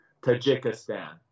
Tajikistan